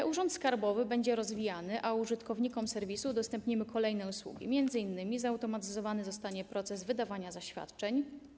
E-Urząd Skarbowy będzie rozwijany, a użytkownikom serwisu udostępnimy kolejne usługi, m.in. zostanie zautomatyzowany proces wydawania zaświadczeń.